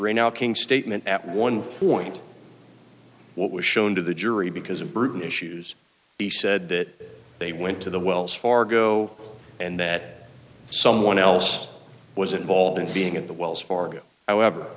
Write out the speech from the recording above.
now king statement at one point what was shown to the jury because of burton issues he said that they went to the wells fargo and that someone else was involved in being at the wells fargo however